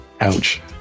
ouch